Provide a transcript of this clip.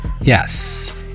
Yes